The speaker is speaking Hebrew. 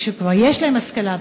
וכשכבר יש להם השכלה,